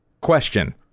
Question